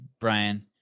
Brian